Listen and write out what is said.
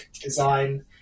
design